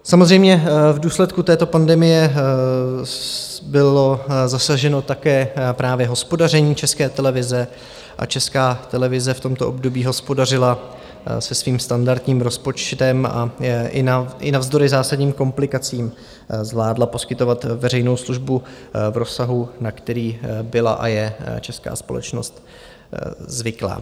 Samozřejmě v důsledku této pandemie bylo zasaženo také právě hospodaření České televize a Česká televize v tomto období hospodařila se svým standardním rozpočtem a i navzdory zásadním komplikacím zvládla poskytovat veřejnou službu v rozsahu, na který byla a je česká společnost zvyklá.